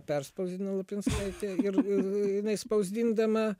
perspausdina lapinskaitė ir ir jinai spausdindama